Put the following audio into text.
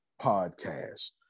podcast